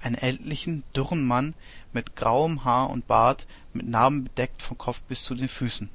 einen ältlichen dürren mann mit grauem haar und bart mit narben bedeckt vom kopf bis zu den füßen